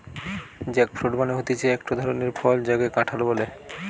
jackfruit মানে হতিছে একটো ধরণের ফল যাকে কাঁঠাল বলে